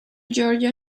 georgia